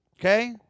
okay